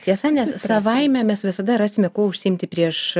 tiesa nes savaime mes visada rasime kuo užsiimti prieš